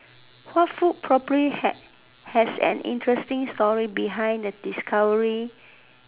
what food probably had has an interesting story behind the discovery